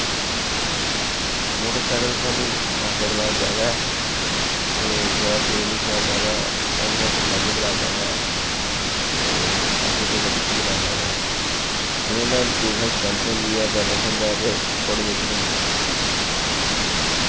motorcycle स्हानू चलाना चाहिदा ऐ ते ज्यादा तेज नि चलाना चाहिदा ऐ हेलमट लाइयै चलाना चाहिदा ऐ ते अग्गे पिच्छे दिक्खियै चलाना चाहिदा ऐ एह्दे कन्नै इम्प्रूव साढ़ी स्ट्रेंथ होंदी ऐ बैलेंस होंदा ऐ ते कोआर्डिनेशन होंदा ऐ